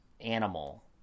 animal